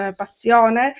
passione